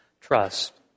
trust